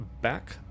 back